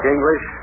English